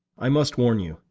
i must warn you,